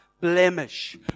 blemish